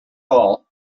all